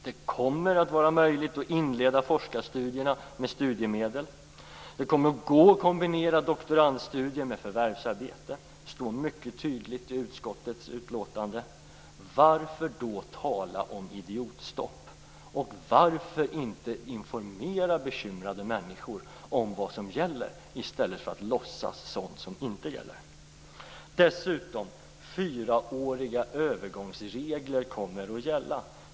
Det kommer att vara möjligt att inleda forskarstudierna med studiemedel. Det kommer att gå att kombinera doktorandstudier med förvärvsarbete. Det står mycket tydligt i utskottets utlåtande. Varför då tala om idiotstopp? Varför inte informera bekymrade människor om vad som gäller i stället för att låtsas sådant som inte gäller? Dessutom kommer fyraåriga övergångsregler att gälla.